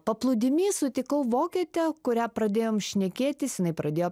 paplūdimy sutikau vokietę kuria pradėjom šnekėtis jinai pradėjo